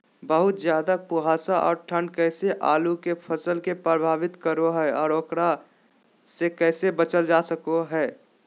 बहुत ज्यादा कुहासा और ठंड कैसे आलु के फसल के प्रभावित करो है और एकरा से कैसे बचल जा सको है?